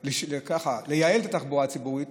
לייעל את התחבורה הציבורית.